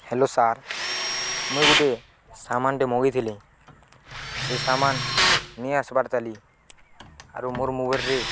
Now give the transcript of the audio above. hello sir ମୁଇଁ ଗୋଟେ ସାମାନଟେ ମଗେଇଥିଲି ସେ ସାମାନ ନେଇ ଆସବାର ଚାଲି ଆରୁ ମୋର ମୋବାଇଲରେ